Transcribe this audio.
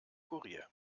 kurier